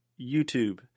YouTube